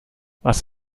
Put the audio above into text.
was